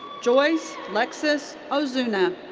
joyce lexus ozuna.